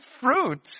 fruit